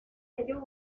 ello